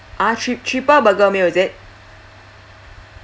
ah tri~ triple bugger meal is it